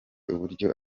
uburyo